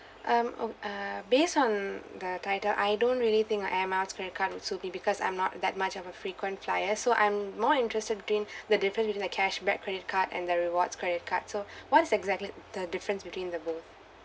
um oh err based on uh title I don't really think of air miles credit card also it because I'm not that much of a frequent flyer so I'm more interested between the difference between the cashback credit card and the rewards credit card so what's exactly the difference between the both